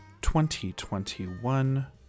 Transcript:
2021